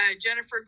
Jennifer